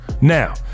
now